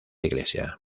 iglesia